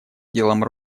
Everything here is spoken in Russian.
делом